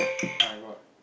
why what